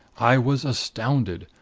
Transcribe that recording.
i was astounded,